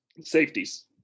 Safeties